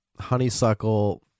honeysuckle